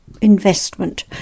investment